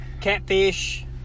Catfish